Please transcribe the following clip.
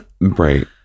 right